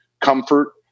comfort